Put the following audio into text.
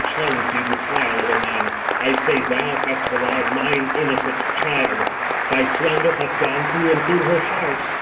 challenge thee to trial of a man. i say thou hast belied mine innocent child thy slander hath gone through and through her heart,